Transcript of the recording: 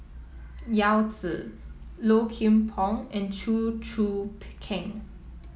Yao Zi Low Kim Pong and Chew Choo Keng